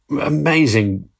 amazing